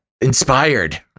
inspired